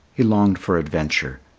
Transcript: he longed for adventure.